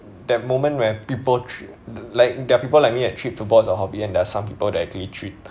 that moment where people tre~ like there're people like me that treat football as a hobby and there are some people that actually treat